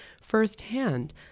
firsthand